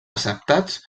acceptats